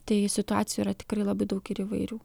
tai situacijų yra tikrai labai daug ir įvairių